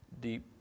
deep